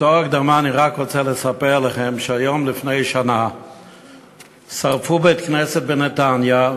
בתור הקדמה אני רק רוצה לספר לכם שהיום לפני שנה שרפו בית-כנסת בנתניה,